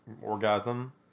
orgasm